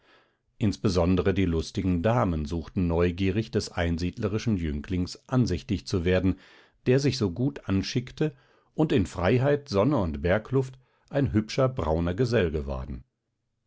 insbesondere die lustigen damen suchten neugierig des einsiedlerischen jünglings ansichtig zu werden der sich so gut anschickte und in freiheit sonne und bergluft ein hübscher brauner gesell geworden